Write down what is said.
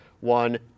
one